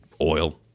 oil